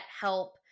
help